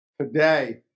today